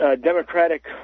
Democratic